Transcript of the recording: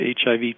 HIV